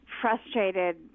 frustrated